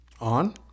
On